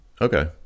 Okay